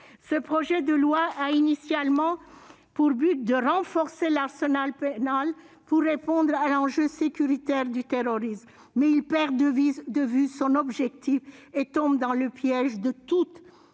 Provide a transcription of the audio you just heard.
Ce projet de loi avait initialement pour objet de renforcer l'arsenal pénal pour répondre à l'enjeu sécuritaire du terrorisme. Mais il perd de vue cet objet et tombe dans le piège où ont